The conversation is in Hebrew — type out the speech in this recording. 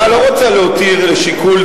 אבל הממשלה לא רוצה להותיר לשיקול דעת למשוך,